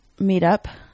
meetup